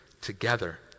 together